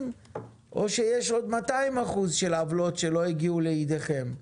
או שיש עוד 200% של עוולות שלא הגיעו לטיפולכם?